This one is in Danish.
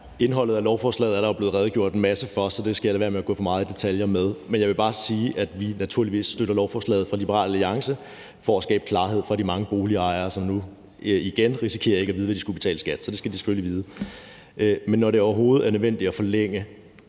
Indholdet af lovforslaget er der jo blevet redegjort en masse for, så det skal jeg lade være med at gå for meget i detaljer med. Jeg vil bare sige, at vi i Liberal Alliance naturligvis støtter lovforslaget, som skal skabe klarhed for de mange boligejere, som nu igen risikerer ikke at vide, hvad de skal betale i skat. Det skal de selvfølgelig vide. Men når det overhovedet er nødvendigt at forlænge